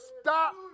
Stop